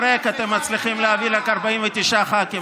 ריק אתם מצליחים להביא רק 49 ח"כים,